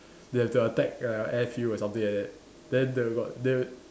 they have to attack a air fuel or something like that then they got they